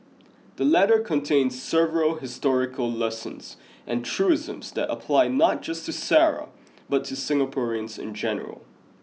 the letter contains several historical lessons and truisms that apply not just to Sara but to Singaporeans in general